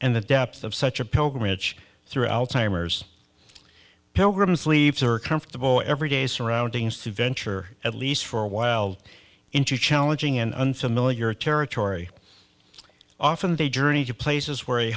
and the depth of such a pilgrimage throughout simers pilgrims leave her comfortable every day surroundings to venture at least for a while into challenging and unfamiliar territory often they journeyed to places where a